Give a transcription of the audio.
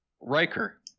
Riker